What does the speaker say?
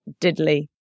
diddly